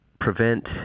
prevent